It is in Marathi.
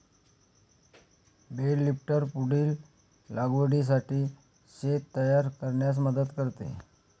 बेल लिफ्टर पुढील लागवडीसाठी शेत तयार करण्यास मदत करते